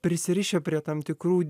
prisirišę prie tam tikrų